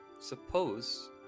suppose